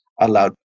allowed